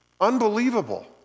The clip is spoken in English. Unbelievable